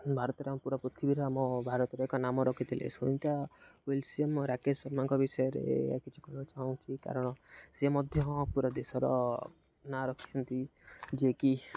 ଭାରତରେ ଆମ ପୁରା ପୃଥିବୀର ଆମ ଭାରତର ଏକ ନାମ ରଖିଥିଲେ ସୁନୀତା ଉଇଲିୟମସ୍ ଓ ରାକେଶ ଶର୍ମାଙ୍କ ବିଷୟରେ ଏହା କିଛି କହିବାକୁ ଚାହୁଁଛି କାରଣ ସେ ମଧ୍ୟ ପୁରା ଦେଶର ନାଁ ରଖିଛନ୍ତି ଯିଏକି